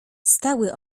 stały